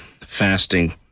fasting